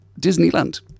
Disneyland